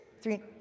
three